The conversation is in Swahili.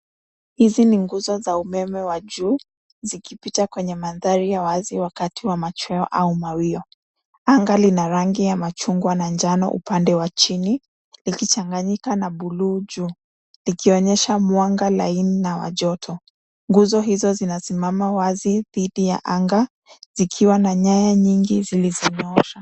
Hizi ni nguzo za umeme wa juu zikipita kwenye mandhari ya wazi wakati wa machweo au mawio. Anga lina rangi ya machungwa na njano upande wa chini likichanganyika na buluu juu likionyesha mwanga laini na wa joto. Nguzo hizo zinasimama wazi dhidi ya anga zikiwa na nyaya nyingi zilizonyoosha.